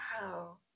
Wow